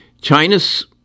China's